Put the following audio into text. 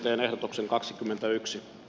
teen ehdotuksen kaksikymmentäyksi